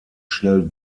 schnell